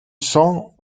cents